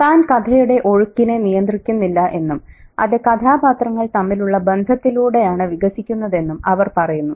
താൻ കഥയുടെ ഒഴുക്കിനെ നിയന്ത്രിക്കുന്നില്ല എന്നും അത് കഥാപാത്രങ്ങൾ തമ്മിലുള്ള ബന്ധത്തിലൂടെയാണ് വികസിക്കുന്നതെന്നും അവർ പറയുന്നു